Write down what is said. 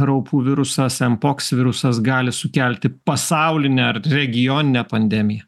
raupų virusas em poks virusas gali sukelti pasaulinę ar regioninę pandemiją